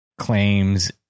claims